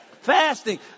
Fasting